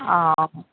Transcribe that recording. অঁ